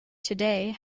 today